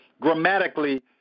grammatically